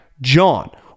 john